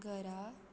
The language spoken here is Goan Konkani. घरा